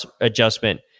adjustment